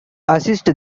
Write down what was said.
assist